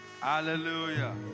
Hallelujah